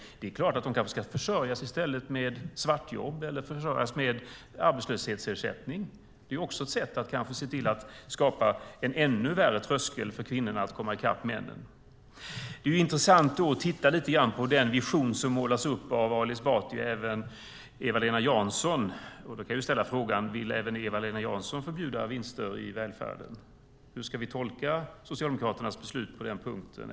De kanske i stället ska försörjas med svartjobb eller med arbetslöshetsersättning. Det är också ett sätt att se till att skapa en ännu värre tröskel för kvinnorna att komma i kapp männen. Det är intressant att titta lite grann på den vision som målas upp av Ali Esbati och även Eva-Lena Jansson. Då kan jag ställa frågan: Vill även Eva-Lena Jansson förbjuda vinster i välfärden? Hur ska vi tolka Socialdemokraternas beslut på den punkten?